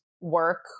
work